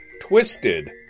Twisted